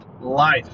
Life